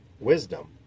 wisdom